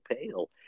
pale